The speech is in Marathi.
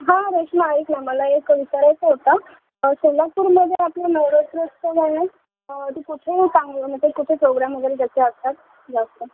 हां रेश्मा ऐक ना मला एक विचारायचं होतं सोलापूरमध्ये आपलं नवरात्र असतं नां ते कुठे चांगलं कुठे प्रोग्राम वगैरे त्याचे असतात जास्त